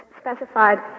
specified